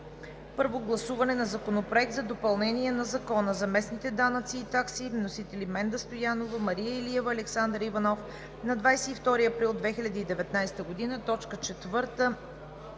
Първо гласуване на Законопроекта за допълнение на Закона за местните данъци и такси. Вносители: Менда Стоянова, Мария Илиева и Александър Иванов, 22 април 2019 г.